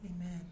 Amen